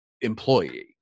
employee